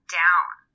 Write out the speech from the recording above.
down